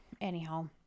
anyhow